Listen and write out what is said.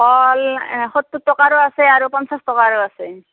কল সত্তৰ টকাৰো আছে আৰু পঞ্চাছ টকাৰো আছে